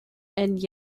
and